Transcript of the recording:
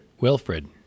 Wilfred